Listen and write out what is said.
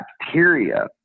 bacteria